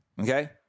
okay